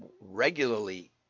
regularly